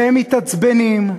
והם מתעצבנים,